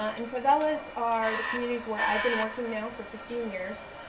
ah and favelas are the communities where i've been working now for fifteen years.